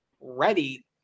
ready